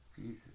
Jesus